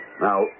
Now